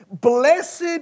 Blessed